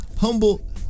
humble